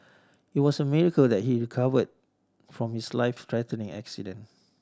it was a miracle that he recovered from his life threatening accident